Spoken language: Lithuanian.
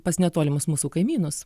pas netolimus mūsų kaimynus